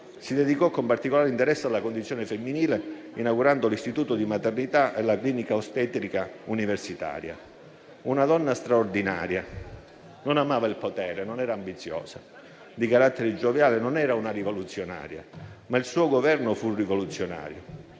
Si dedicò con particolare interesse alla condizione femminile, inaugurando l'istituto di maternità e la clinica ostetrica universitaria. Era una donna straordinaria che non amava il potere, non era ambiziosa, era di carattere gioviale, non era una rivoluzionaria, ma il suo Governo fu rivoluzionario.